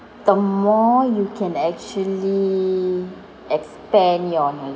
the more you can actually expand your knowledge